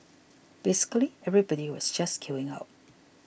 basically everybody was just queuing up